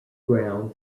ground